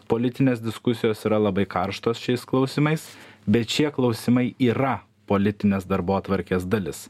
politinės diskusijos yra labai karštos šiais klausimais bet šie klausimai yra politinės darbotvarkės dalis